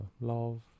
love